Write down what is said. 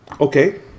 Okay